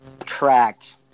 attract